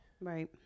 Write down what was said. Right